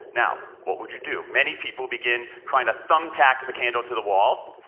now what would you do? many people begin trying to thumbtack the candle to the wall.